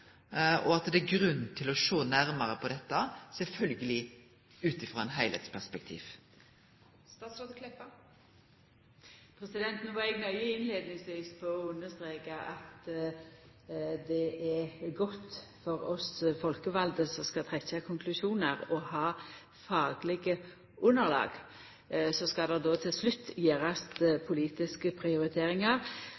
og at det er grunn til å sjå nærmare på dette, sjølvsagt ut frå eit heilskapleg perspektiv? No var eg innleiingsvis nøye med å understreka at det er godt for oss folkevalde som skal trekkja konklusjonar, å ha fagleg underlag. Så skal ein då til slutt